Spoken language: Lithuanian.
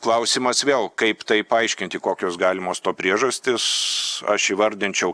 klausimas vėl kaip tai paaiškinti kokios galimos to priežastys aš įvardinčiau